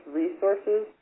resources